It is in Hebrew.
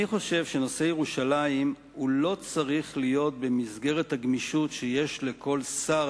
אני חושב שנושא ירושלים לא צריך להיות במסגרת הגמישות שיש לכל שר,